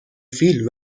فیل